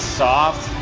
soft